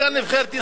שחקן נבחרת ישראל.